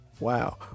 Wow